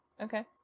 Okay